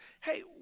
Hey